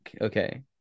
Okay